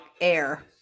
air